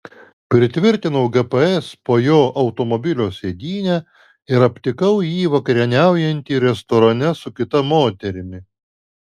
pritvirtinau gps po jo automobilio sėdyne ir aptikau jį vakarieniaujantį restorane su kita moterimi